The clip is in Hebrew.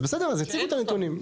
בסדר, אז הציגו את הנתונים.